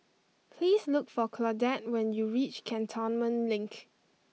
please look for Claudette when you reach Cantonment Link